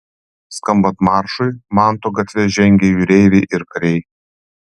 skambant maršui manto gatve žengė jūreiviai ir kariai